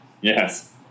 Yes